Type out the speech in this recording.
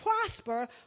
prosper